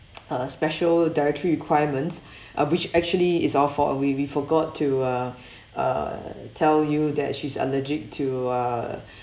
uh special dietary requirements uh which actually is our fault we we forgot to uh uh tell you that she's allergic to uh